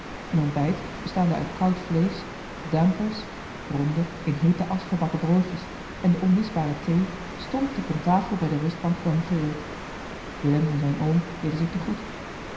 een ontbijt bestaande uit koud vleesch dampers ronde in heete asch gebakken broodjes en de onmisbare thee stond op eene tafel bij de rustbank voor hen gereed willem en zijn oom deden zich